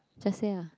just say lah